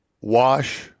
wash